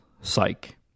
*Psych*